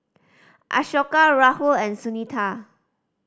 Ashoka Rahul and Sunita